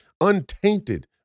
untainted